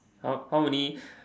how how many